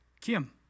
Kim